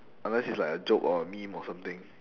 unless it's like a joke or a meme or something